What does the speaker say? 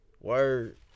Word